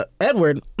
Edward